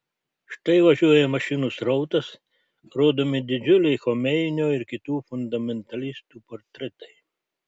štai važiuoja mašinų srautas rodomi didžiuliai chomeinio ir kitų fundamentalistų portretai